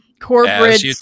corporate